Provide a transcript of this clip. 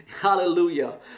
Hallelujah